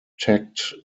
protect